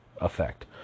effect